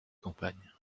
campagne